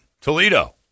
Toledo